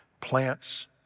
Plants